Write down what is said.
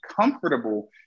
comfortable